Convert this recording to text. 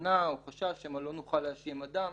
תקנה או חשש שמא לא נוכל להאשים אדם,